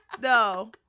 No